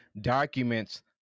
documents